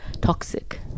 toxic